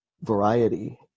variety